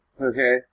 Okay